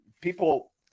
people